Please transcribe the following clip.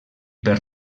per